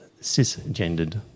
cisgendered